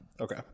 Okay